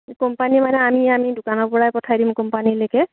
company মানে আমি আমি দোকানৰ পৰাই পঠাই দিম কোম্পানীলেকে